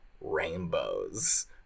rainbows